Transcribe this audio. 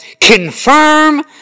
confirm